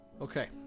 Okay